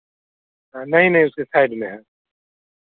हं नहीं नहीं उसके साइड में है